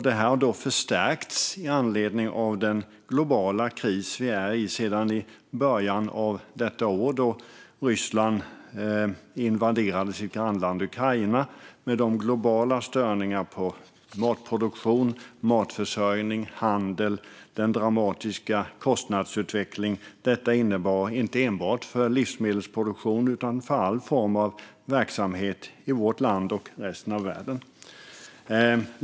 Detta har förstärkts med anledning av den globala kris vi befinner oss i sedan början av detta år då Ryssland invaderade sitt grannland Ukraina, med de globala störningar av matproduktion, matförsörjning och handel och den dramatiska kostnadsutveckling detta innebar, inte enbart för livsmedelsproduktion utan för alla former av verksamhet i vårt land och resten av världen.